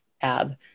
tab